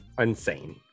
insane